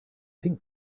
pink